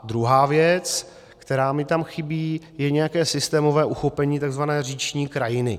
Druhá věc, která mi tam chybí, je nějaké systémové uchopení tzv. říční krajiny.